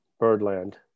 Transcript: Birdland